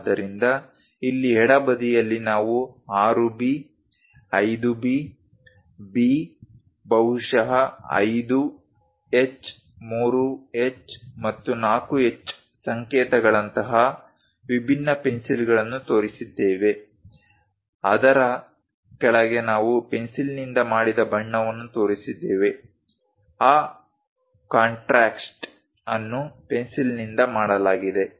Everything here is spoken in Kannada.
ಆದ್ದರಿಂದ ಇಲ್ಲಿ ಎಡ ಬದಿಯಲ್ಲಿ ನಾವು 6B 5B B ಬಹುಶಃ 5H 3H ಮತ್ತು 4H ಸಂಕೇತಗಳಂತಹ ವಿಭಿನ್ನ ಪೆನ್ಸಿಲ್ಗಳನ್ನು ತೋರಿಸಿದ್ದೇವೆ ಅದರ ಕೆಳಗೆ ನಾವು ಪೆನ್ಸಿಲಿನಿಂದ ಮಾಡಿದ ಬಣ್ಣವನ್ನು ತೋರಿಸಿದ್ದೇವೆ ಆ ಕಾಂಟ್ರಾಸ್ಟ್ ಅನ್ನು ಪೆನ್ಸಿಲಿನಿಂದ ಮಾಡಲಾಗಿದೆ